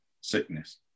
sickness